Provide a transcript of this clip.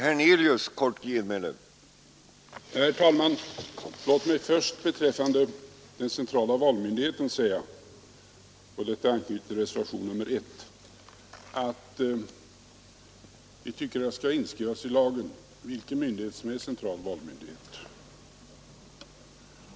Herr talman! Låt mig först beträffande den centrala valmyndigheten säga — detta anknyter till reservationen 1 att vi tycker att det skall inskrivas i lag vilken myndighet som är central valmyndighet.